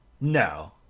No